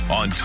on